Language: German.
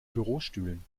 bürostühlen